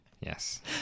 Yes